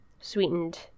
sweetened